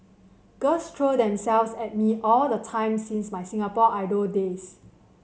girls throw themselves at me all the time since my Singapore Idol days